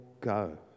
go